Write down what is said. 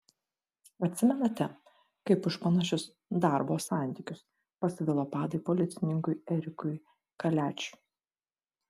atsimenate kaip už panašius darbo santykius pasvilo padai policininkui erikui kaliačiui